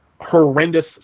Horrendous